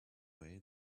way